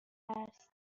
است